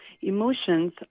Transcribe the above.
Emotions